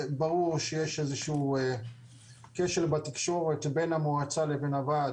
ברור שיש איזה שהוא קשר בתקשורת בין המועצה לבין הוועד.